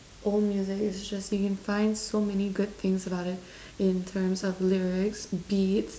old music is just you can find so many good things about it in terms of lyrics beats